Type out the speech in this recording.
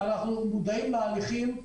אנחנו מודעים להליכים,